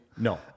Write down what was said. No